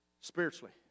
spiritually